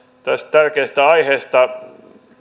tästä tärkeästä aiheesta